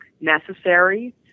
necessary